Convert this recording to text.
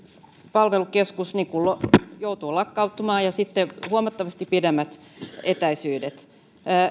palvelukeskus joudutaan lakkauttamaan ja sitten on huomattavasti pidemmät etäisyydet